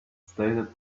stated